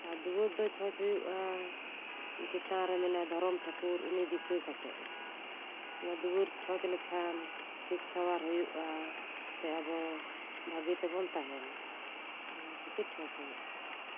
ᱟᱨ ᱫᱩᱣᱟᱹᱨ ᱫᱚ ᱪᱷᱚᱸᱪ ᱦᱩᱭᱩᱜ ᱟ ᱪᱮᱛᱟᱱᱨᱮ ᱢᱮᱱᱟᱭ ᱫᱷᱚᱨᱚᱢ ᱴᱷᱟᱹᱠᱩᱨ ᱩᱱᱤ ᱫᱤᱥᱟᱹ ᱠᱟᱛᱮᱫ ᱚᱱᱟ ᱫᱩᱣᱟᱹᱨ ᱪᱷᱚᱸᱪ ᱞᱮᱠᱷᱟᱱ ᱥᱩᱠ ᱥᱟᱶᱟᱨ ᱦᱩᱭᱩᱜ ᱟ ᱥᱮ ᱟᱵᱚ ᱵᱷᱟᱜᱮ ᱛᱮᱵᱚᱱ ᱛᱟᱦᱮᱱᱟ ᱚᱱᱟ ᱠᱷᱟᱹᱛᱤᱨ ᱪᱷᱚᱸᱪ ᱦᱩᱭᱩᱜ ᱟ